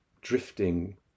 drifting